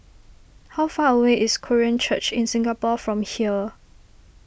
how far away is Korean Church in Singapore from here